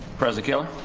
president kaler.